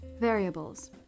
Variables